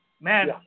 man